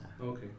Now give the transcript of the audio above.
Okay